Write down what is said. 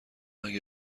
اگه